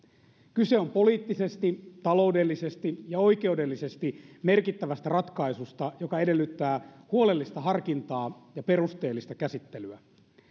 kyse on poliittisesti taloudellisesti ja oikeudellisesti merkittävästä ratkaisusta joka edellyttää huolellista harkintaa ja perusteellista käsittelyä